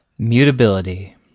Mutability